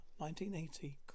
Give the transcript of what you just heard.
1980